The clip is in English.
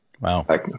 Wow